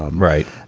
um right.